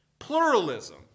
Pluralism